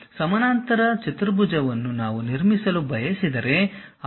ಸಮಾನಾಂತರ ಚತುರ್ಭುಜವನ್ನು ನಾನು ನಿರ್ಮಿಸಲು ಬಯಸಿದರೆ ಆ ಸಮಾನಾಂತರ ಚತುರ್ಭುಜವನ್ನು ಕ್ಲಿಕ್ ಮಾಡಿ